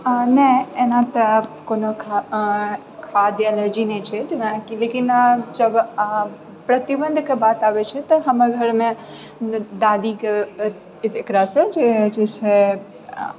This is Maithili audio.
नहि एना तऽकोनो खाद्य एलर्जी नहि छै जेनाकि लेकिन जब अहाँ प्रतिबन्धके बात आबैत छै तऽ हमर घरमे दादीके एकरासँ जे जे छै